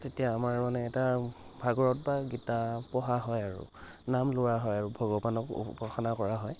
তেতিয়া আমাৰ মানে এটা ভাগৱত বা গীতা পঢ়া হয় আৰু নাম লোৱা হয় আৰু আৰু ভগৱানক উপাসনা কৰা হয়